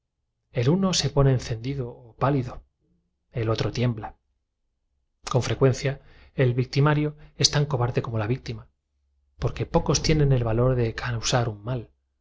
como una voz proferida cendido o pálido el otro tiembla con frecuencia el victimario es tan en el desierto por el viajero a quien sorprende un león cobarde como la víctima porque pocos tienen el valor de causar un y si